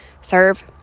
serve